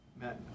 Matt